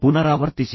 ಪುನರಾವರ್ತಿಸಿ